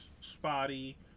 spotty